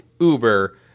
Uber